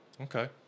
Okay